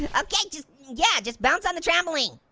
and okay, just yeah, just bounce on the trampoline.